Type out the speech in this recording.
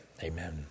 Amen